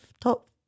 top